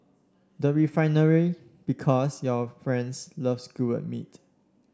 the Refinery Because your friends love skewered meat